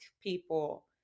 people